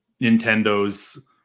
Nintendo's